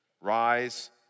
Rise